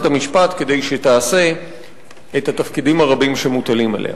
המשפט כדי שתעשה את התפקידים הרבים שמוטלים עליה.